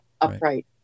upright